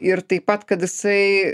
ir taip pat kad jisai